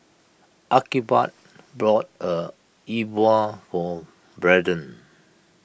Archibald bought a Bua for Brenden